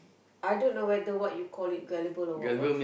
I don't know whether what you call it gullible or what but f~